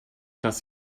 dass